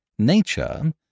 Nature